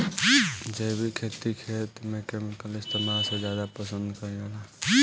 जैविक खेती खेत में केमिकल इस्तेमाल से ज्यादा पसंद कईल जाला